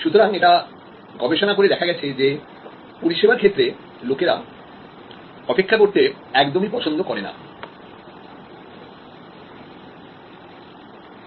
সুতরাং এটা গবেষণা করে দেখা গেছে যে পরিষেবার ক্ষেত্রে লোকেরা অপেক্ষা করতে একদমই পছন্দ করে না